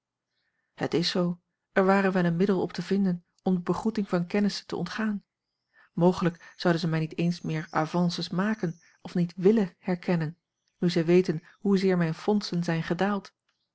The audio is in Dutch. het is zoo er ware wel een middel op te vinden om de begroeting van kennissen te ontgaan mogelijk zouden zij mij niet eens meer avances maken of niet willen herkennen nu zij weten hoezeer mijne fondsen zijn gedaald